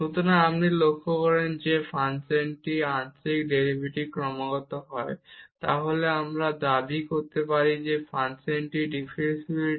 সুতরাং যদি আপনি লক্ষ্য করেন যে ফাংশনটি বা আংশিক ডেরিভেটিভ ক্রমাগত হয় তাহলে আমরা দাবি করতে পারি যে ফাংশনটি ডিফারেনশিবিলিটি